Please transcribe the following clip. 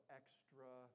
extra